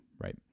right